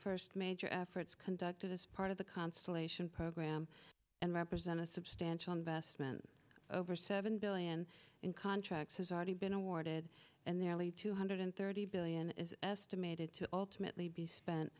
first major efforts conducted this part of the constellation program and represent a substantial investment over seven billion in contracts has already been awarded and the only two hundred thirty billion is estimated to ultimately be spent